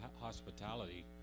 hospitality